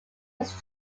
was